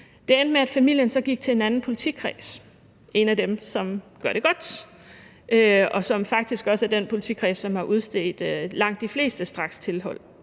Det endte med, at familien så gik til en anden politikreds – en af dem, som gør det godt, og som faktisk også er den politikreds, som har udstedt langt de fleste strakstilhold.